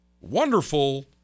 wonderful